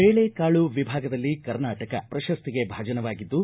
ಬೇಳೆ ಕಾಳು ವಿಭಾಗದಲ್ಲಿ ಕರ್ನಾಟಕ ಪ್ರಶಸ್ತಿಗೆ ಭಾಜನವಾಗಿದ್ದು